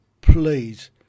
please